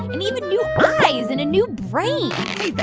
and even new eyes and a new brain hey,